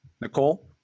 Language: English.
Nicole